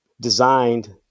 designed